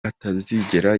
atazigera